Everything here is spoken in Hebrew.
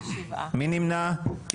אז שוב אותו רעיון, אני לא מפסיקה לנסות.